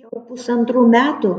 jau pusantrų metų